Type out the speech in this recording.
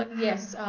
yes,